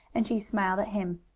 and she smiled at him.